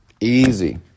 Easy